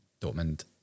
Dortmund